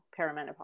perimenopause